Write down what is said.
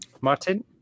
martin